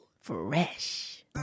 fresh